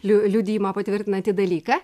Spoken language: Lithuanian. liu liudijimą patvirtinantį dalyką